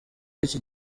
y’iki